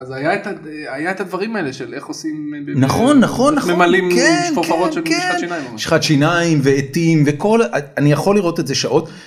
היה את הדברים האלה של איך עושים נכון נכון נכון כן כן כן איך ממלאים שפופרות של משחת שיניים ועטים וכל אני יכול לראות את זה שעות.